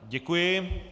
Děkuji.